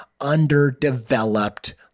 underdeveloped